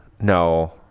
no